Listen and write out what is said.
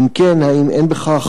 2. אם כן, האם אין בכך